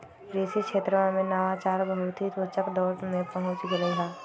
कृषि क्षेत्रवा में नवाचार बहुत ही रोचक दौर में पहुंच गैले है